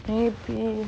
maybe